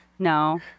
no